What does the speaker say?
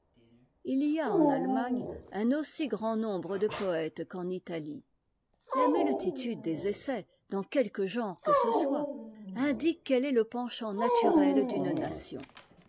jt y a en allemagne un aussi grand nombre de poëtes qu'en italie la multitude des essais dans quelque genre que ce soit indique quel est le penchant naturel d'une nation